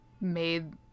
made